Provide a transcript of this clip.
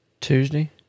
Tuesday